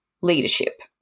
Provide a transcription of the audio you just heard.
leadership